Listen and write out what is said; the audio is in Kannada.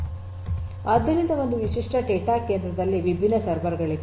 ಆದ್ದರಿಂದ ಒಂದು ವಿಶಿಷ್ಟ ಡೇಟಾ ಕೇಂದ್ರದಲ್ಲಿ ವಿಭಿನ್ನ ಸರ್ವರ್ ಗಳಿವೆ